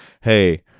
Hey